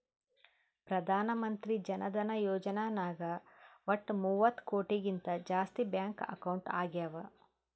ಪ್ರಧಾನ್ ಮಂತ್ರಿ ಜನ ಧನ ಯೋಜನೆ ನಾಗ್ ವಟ್ ಮೂವತ್ತ ಕೋಟಿಗಿಂತ ಜಾಸ್ತಿ ಬ್ಯಾಂಕ್ ಅಕೌಂಟ್ ಆಗ್ಯಾವ